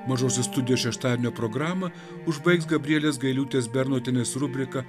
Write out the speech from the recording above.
mažosios studijos šeštadienio programą užbaigs gabrielės gailiūtės bernotienės rubrika